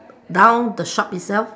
down the shop itself